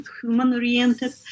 human-oriented